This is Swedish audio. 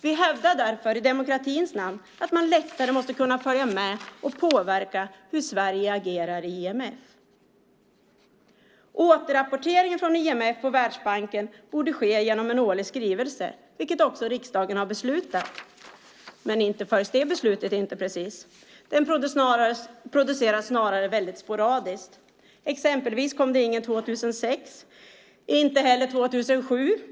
Vi hävdar därför i demokratins namn att man lättare måste kunna följa med och påverka hur Sverige agerar i IMF. Återrapporteringen från IMF och Världsbanken borde ske genom en årlig skrivelse, vilket också riksdagen har beslutat. Men inte följs det beslutet, precis. Skrivelsen produceras väldigt sporadiskt. Exempelvis kom det ingen 2006, och inte heller 2007.